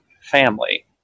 family